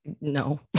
No